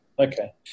Okay